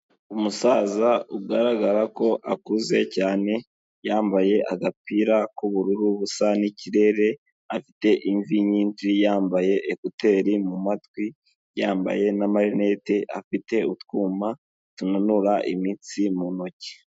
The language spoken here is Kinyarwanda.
Umusaza ugaragara ko akuze cyane yambaye agapira k'ubururu busa n'ikirere afite imvi nyinshi yambaye ekuteri mumatwi yambaye na marinete afite utwuma tunanura imitsi mu ntoki.